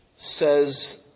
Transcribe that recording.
Says